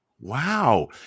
Wow